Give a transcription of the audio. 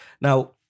Now